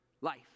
life